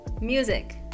Music